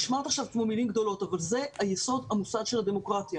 נשמע עכשיו כמו מילים גדולות אבל זה היסוד המוסד של הדמוקרטיה.